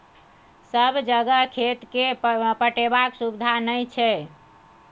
सब जगह खेत केँ पटेबाक सुबिधा नहि छै